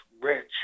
rich